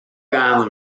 island